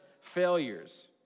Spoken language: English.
failures